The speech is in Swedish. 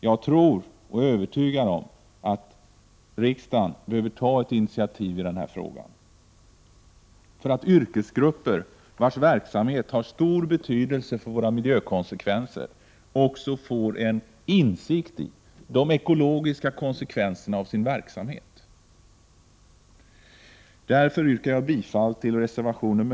Jag är övertygad om att riksdagen behöver ta ett initiativ när det gäller den här frågan, så att yrkesgrupper vars verksamhet har stor betydelse för konsekvenserna för miljön också får en insikt i de ekologiska konsekvenserna av sin verksamhet. Därmed yrkar jag bifall till reservation 5.